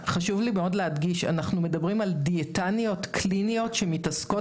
חשוב לי מאוד להדגיש שאנחנו מדברים על דיאטניות קליניות שמתעסקות